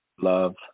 Love